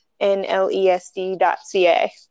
nlesd.ca